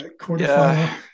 Quarterfinal